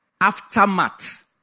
aftermath